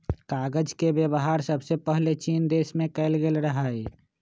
कागज के वेबहार सबसे पहिले चीन देश में कएल गेल रहइ